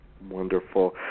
Wonderful